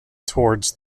towards